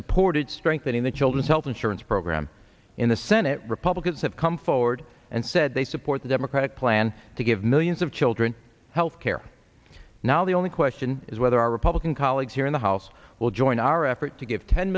supported strengthening the children's health insurance program in the senate republicans have come forward and said they support the democratic plan to give millions of children health care now the only question is whether our republican colleagues here in the house will join our effort to give ten